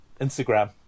Instagram